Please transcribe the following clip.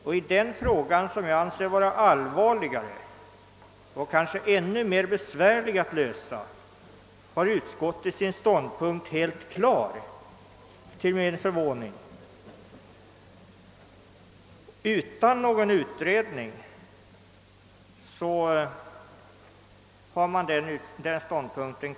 Och i den frågan, som jag anser vara allvarligare och kanske ännu mer besvärlig att lösa, har utskottet till min förvåning sin ståndpunkt helt klar utan någon utredning.